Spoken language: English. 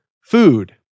food